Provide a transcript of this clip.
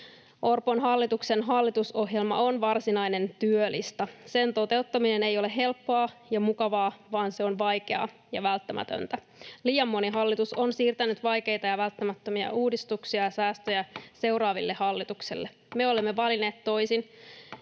Orpon hallituksen hallitusohjelma on varsinainen työlista. Sen toteuttaminen ei ole helppoa ja mukavaa, vaan se on vaikeaa ja välttämätöntä. Liian moni hallitus on siirtänyt vaikeita ja välttämättömiä uudistuksia ja säästöjä seuraaville hallituksille. [Puhemies